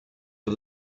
for